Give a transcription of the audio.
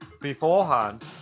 beforehand